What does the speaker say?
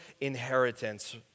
inheritance